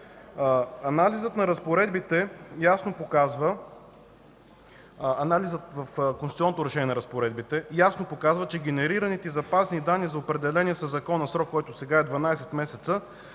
Анализът в конституционното решение на разпоредбите ясно показва, че генерираните запазени данни за определения със закона срок, който сега е 12 месеца,